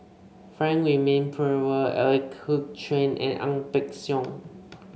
Frank Wilmin Brewer Ooi Kok Chuen and Ang Peng Siong